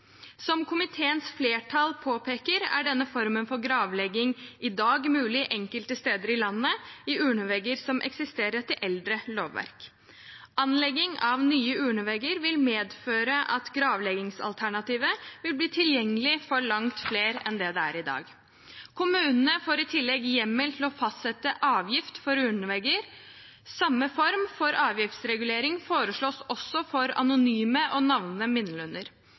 Som komiteens flertall påpeker, er denne formen for gravlegging i dag mulig enkelte steder i landet i urnevegger som eksisterer etter eldre lovverk. Anlegging av nye urnevegger vil medføre at gravleggingsalternativet vil bli tilgjengelig for langt flere enn det det er i dag. Kommunene får i tillegg hjemmel til å fastsette en avgift for urnevegger. Samme form for avgiftsregulering foreslås også for anonyme og navnede minnelunder.